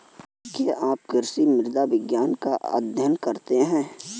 क्या आप कृषि मृदा विज्ञान का अध्ययन करते हैं?